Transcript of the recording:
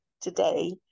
today